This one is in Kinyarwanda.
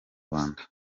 rwanda